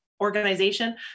organization